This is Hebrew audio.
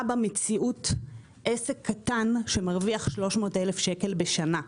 במציאות עסק קטן שמרוויח 300,000 שקל בשנה.